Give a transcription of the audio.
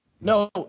No